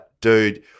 dude